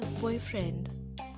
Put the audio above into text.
boyfriend